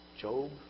Job